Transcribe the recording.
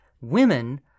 women